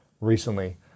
recently